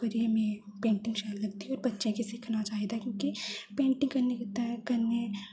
तां करियै मिगी पेंटिंग शैल लगदी पर बच्चें गी सिक्खना चाहिदा क्योंकि पेंटिंग करने ते कन्नै